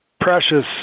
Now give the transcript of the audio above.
precious